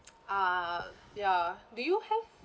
ah ya do you have